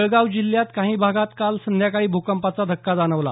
जळगाव जिल्ह्यात काही भागांत काल संध्याकाळी भूकंपाचा धक्का जाणवला